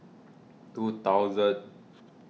two thousand